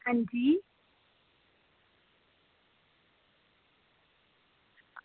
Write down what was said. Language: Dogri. अंजी